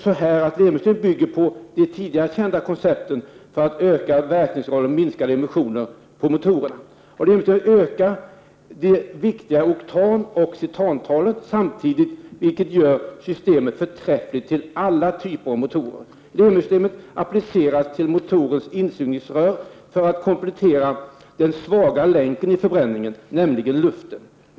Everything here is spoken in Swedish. Lemi-systemet bygger på de tidigare kända koncepterna för ökad verkningsgrad och minskade emissioner hos motorer. Lemi-systemet ökar de viktiga oktanoch cetantalen samtidigt, vilket gör systemet förträffligt när det gäller alla typer av motorer. Lemi-systemet appliceras till motorns insugningsrör för att komplettera den svaga länken i förbränningen, nämligen luften.